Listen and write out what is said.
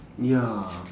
ya